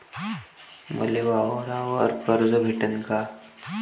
मले वावरावर कर्ज भेटन का?